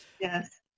Yes